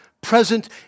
present